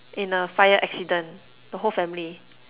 in a fire accident the whole family